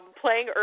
playing